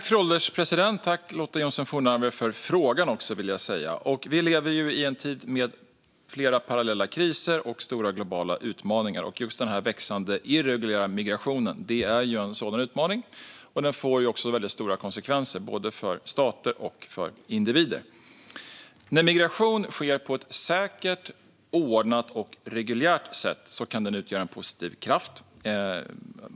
Fru ålderspresident! Tack, Lotta Johnsson Fornarve, för frågan! Vi lever ju i en tid med flera, parallella kriser och stora globala utmaningar. Den växande irreguljära migrationen är en sådan utmaning, och den får stora konsekvenser för både stater och individer. När migration sker på ett säkert, ordnat och reguljärt sätt kan den utgöra en positiv kraft.